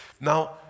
Now